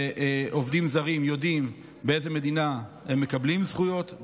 ועובדים זרים יודעים באיזו מדינה הם מקבלים זכויות,